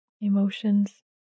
Emotions